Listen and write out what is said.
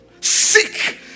Seek